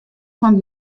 fan